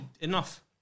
enough